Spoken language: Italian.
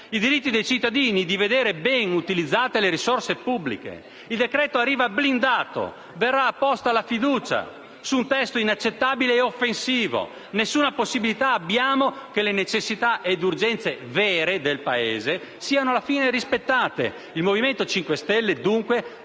di avere giustizia e di vedere ben utilizzate le risorse pubbliche. Il decreto-legge arriva blindato e verrà posta la fiducia su un testo inaccettabile e offensivo. Non abbiamo alcuna possibilità che le necessità e le urgenze vere del Paese siano alla fine rispettate. Il Movimento 5 Stelle, dunque,